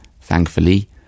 thankfully